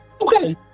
Okay